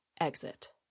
exit